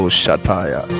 shataya